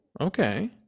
okay